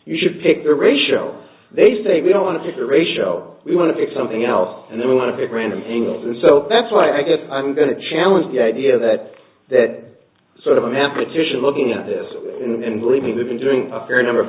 you should pick the ratio they say we don't want to pick a ratio we want to pick something else and then we want to pick random angles and so that's why i guess i'm going to challenge the idea that that sort of a member edition looking at this and believe me we've been doing a fair number of